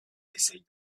essaye